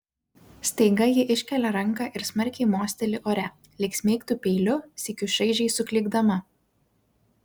staiga ji iškelia ranką ir smarkiai mosteli ore lyg smeigtų peiliu sykiu šaižiai suklykdama